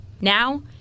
Now